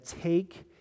Take